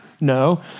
No